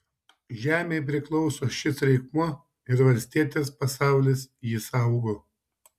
žemei priklauso šis reikmuo ir valstietės pasaulis jį saugo